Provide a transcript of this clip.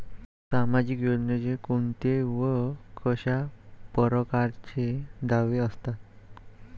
सामाजिक योजनेचे कोंते व कशा परकारचे दावे असतात?